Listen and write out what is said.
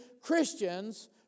Christians